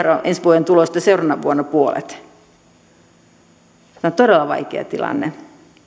ensi vuoden tuloista seuraavana vuonna puolet tämä on todella vaikea tilanne